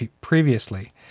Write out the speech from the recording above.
previously